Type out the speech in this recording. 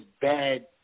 bad